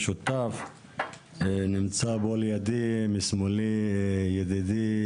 נמצא לשמאלי ידידי,